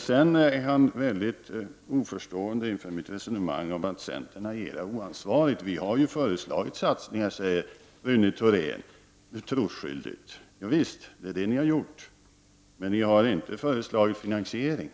Sedan är han mycket oförstående inför mitt resonemang om att centern agerar oansvarigt. Vi har ju föreslagit satsningar, säger Rune Thorén troskyldigt. Javisst, det är det ni har gjort. Men ni har inte föreslagit finansiering.